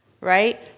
right